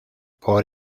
por